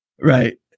Right